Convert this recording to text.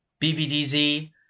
BVDZ